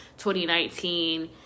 2019